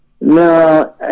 no